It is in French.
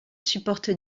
supporte